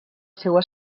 seua